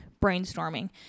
brainstorming